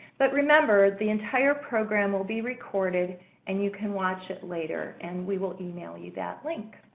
but remember, the entire program will be recorded and you can watch it later. and we will email you that link.